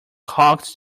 cocks